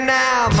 now